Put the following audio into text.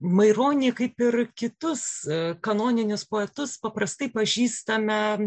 maironį kaip ir kitus kanoninius poetus paprastai pažįstame